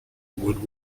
would